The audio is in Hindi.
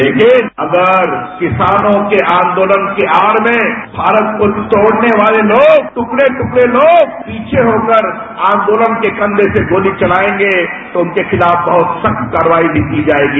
लेकिन अगर किसानों के आंदोलन की आड़ में भारत को तोड़ने वाले लोग टुकड़े टुकड़े लोग पीछे होकर आंदोलन के कंधे से गोली चलायेंगे उनके खिलाफ सख्त कार्रवाई की जायेगी